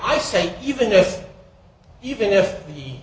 i say even if even if the